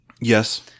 Yes